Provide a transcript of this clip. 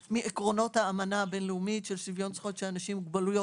מעקרונות האמנה הבין לאומית של שוויון זכויות של אנשים עם מוגבלויות